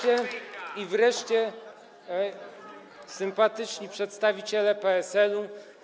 I wreszcie sympatyczni przedstawiciele PSL-u.